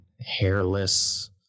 hairless